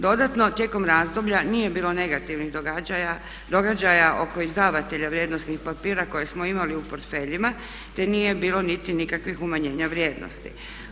Dodatno, tijekom razdoblja nije bilo negativnih događaja oko izdavatelja vrijednosnih papira koje smo imali u portfeljima te nije bilo niti nikakvih umanjenja vrijednosti.